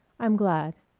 i'm glad,